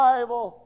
Bible